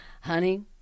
honey